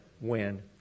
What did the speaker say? win